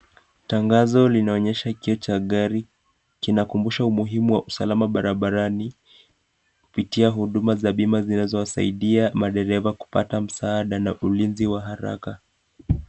Tangazo linaonyesha kioo la gari, kinakumbusha umuhimu wa usalama barabarani, kupitia huduma za bima, zinazowasaidia madereva kupata msaada na ulinzi wa haraka.